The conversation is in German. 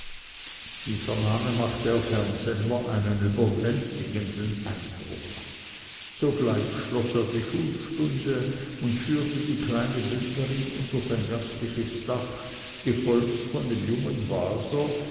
dieser name machte auf herrn semmler einen überwältigenden eindruck sogleich schloß er die schulstunde und führte die kleine bündnerin unter sein gastliches dach gefolgt von dem jungen waser